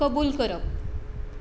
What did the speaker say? कबूल करप